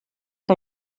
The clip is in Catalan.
que